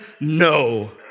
no